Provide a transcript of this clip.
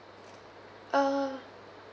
uh